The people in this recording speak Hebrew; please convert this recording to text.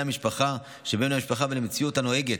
שבין בני משפחה ועל המציאות הנוהגת,